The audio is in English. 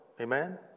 Amen